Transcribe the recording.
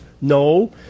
No